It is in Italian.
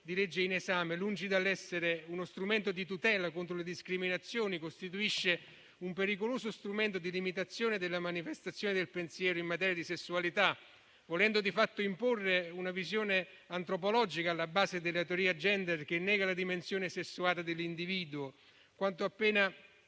di legge in esame, lungi dall'essere uno strumento di tutela contro le discriminazioni, costituisce un pericoloso strumento di limitazione della manifestazione del pensiero in materia di sessualità, volendo di fatto imporre una visione antropologica alla base della teoria *gender*, che nega la dimensione sessuale dell'individuo. Quanto appena